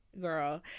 girl